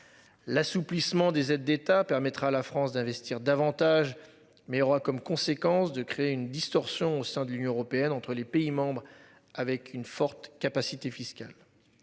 L'assouplissement des aides d'État permettra à la France d'investir davantage mais il aura comme conséquence de créer une distorsion au sein de l'Union européenne entre les pays membres, avec une forte capacité fiscale.